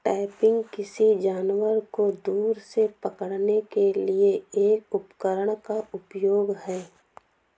trapping, किसी जानवर को दूर से पकड़ने के लिए एक उपकरण का उपयोग है